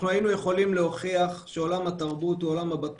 היינו יכולים להוכיח שזה עולם בטוח,